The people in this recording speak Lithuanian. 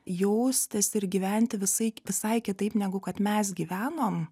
jaustis ir gyventi visai visai kitaip negu kad mes gyvenom